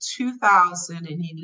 2011